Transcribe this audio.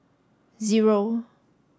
zero